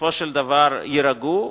בסופו של דבר יירגעו,